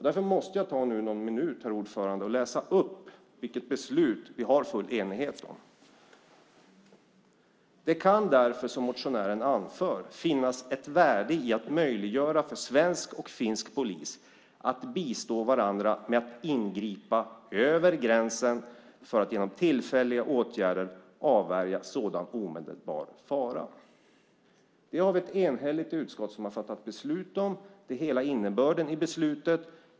Därför måste jag ta någon minut, herr talman, för att läsa upp vilket beslut vi har full enighet om: "Det kan därför, som motionären anför, finnas ett värde i att möjliggöra för svensk och finsk polis att bistå varandra med att ingripa över gränsen för att genom tillfälliga åtgärder avvärja sådan omedelbar fara." Ett enhälligt utskott har fattat beslut om detta. Det är hela innebörden i beslutet.